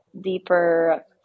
deeper